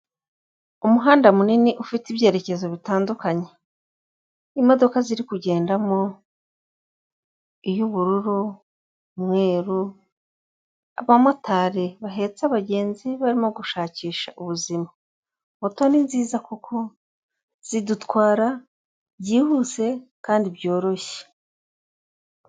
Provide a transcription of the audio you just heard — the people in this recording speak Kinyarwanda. Umuhanda munini ufite ibyerekezo bitandukanye, imodoka ziri kugendamo iy'ubururu, umweru abamotari bahetse abagenzi barimo gushakisha ubuzima, moto ni nziza kuko zidutwara byihuse kandi byoroshye.